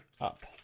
up